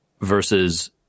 versus